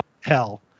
hell